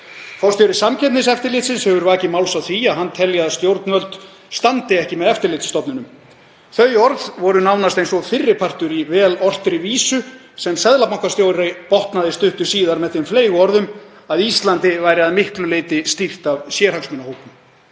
Forstjóri Samkeppniseftirlitsins hefur vakið máls á því að hann telji að stjórnvöld standi ekki með eftirlitsstofnunum. Þau orð voru nánast eins og fyrri partur í vel ortri vísu sem seðlabankastjóri botnaði stuttu síðar með þeim fleygu orðum að Íslandi væri að miklu leyti stýrt af sérhagsmunahópum.